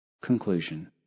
Conclusion